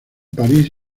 parís